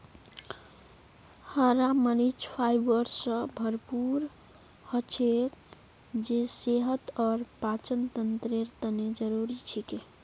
हरा मरीच फाइबर स भरपूर हछेक जे सेहत और पाचनतंत्रेर तने जरुरी छिके